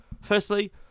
Firstly